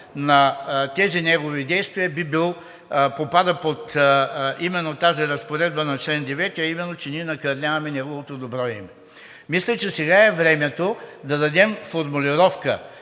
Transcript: на тези негови действия попада именно под разпоредбата на чл. 9, а именно, че ние накърняваме неговото добро име?! Мисля, че сега е времето да дадем формулировка